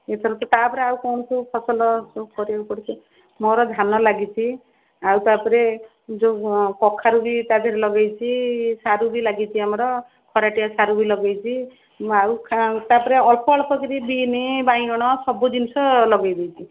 ଏଥରକ ତାପରେ ଆଉ କ'ଣ ସବୁ ଫସଲ ସବୁ କରିବାକୁ ପଡୁଛି ମୋର ଧାନ ଲାଗିଛି ଆଉ ତାପରେ ଯେଉଁ କଖାରୁ ବି ତା' ଦିହରେ ଲଗେଇଛି ସାରୁ ବି ଲାଗିଛି ଆମର ଖରଟିଆ ସାରୁ ବି ଲଗେଇଛି ନାଉ ଖା ତାପରେ ଅଳ୍ପ ଅଳ୍ପ କରି ବିନ୍ ବାଇଗଣ ସବୁ ଜିନିଷ ଲଗେଇ ଦେଇଛି